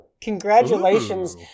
Congratulations